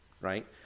right